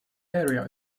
area